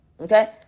Okay